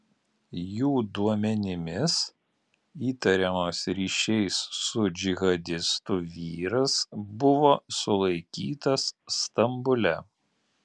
jų duomenimis įtariamas ryšiais su džihadistu vyras buvo sulaikytas stambule